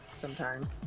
sometime